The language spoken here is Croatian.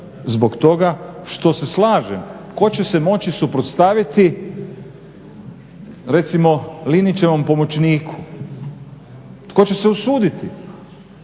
zbog toga što se slažem tko će se moći suprotstaviti recimo Linićevom pomoćniku. Tko će se usuditi?